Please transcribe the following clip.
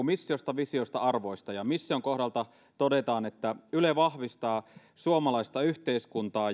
missiosta visiosta ja arvoista ja mission kohdalta todetaan että yle vahvistaa suomalaista yhteiskuntaa